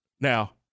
Now